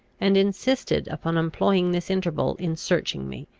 and insisted upon employing this interval in searching me,